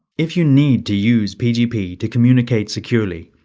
if you need to use pgp to communicate securely,